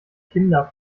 kinder